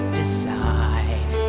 decide